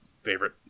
favorite